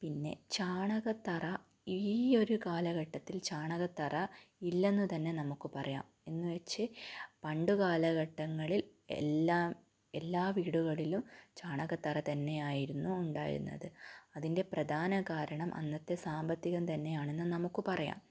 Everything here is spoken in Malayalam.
പിന്നെ ചാണകത്തറ ഈ ഒരു കാലഘട്ടത്തിൽ ചാണകത്തറ ഇല്ലെന്ന് തന്നെ നമുക്ക് പറയാം എന്നു വെച്ച് പണ്ട് കാലഘട്ടങ്ങളിൽ എല്ലാം എല്ലാ വീടുകളിലും ചാണകത്തറ തന്നെയായിരുന്നു ഉണ്ടായിരുന്നത് അതിൻ്റെ പ്രധാന കാരണം അന്നത്തെ സാമ്പത്തികം തന്നെയാണെന്ന് നമുക്ക് പറയാം